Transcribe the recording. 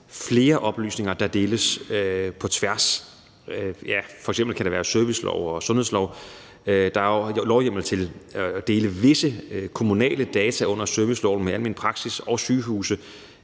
flere oplysninger, der deles på tværs. Ja, f.eks. er der serviceloven og sundhedsloven. Der er jo lovhjemmel til at dele visse kommunale data under serviceloven med almen praksis og sygehuse.